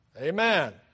Amen